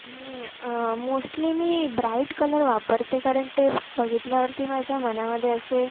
मी mostly मी bright colour वापरते कारण ते बघितल्यावरती माझ्या मनामध्ये असे